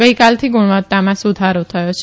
ગઇકાલથી ગુણવત્તામાં સુધારો થયો છે